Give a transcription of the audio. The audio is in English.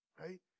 right